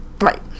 Right